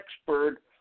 expert